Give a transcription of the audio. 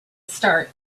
start